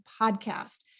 podcast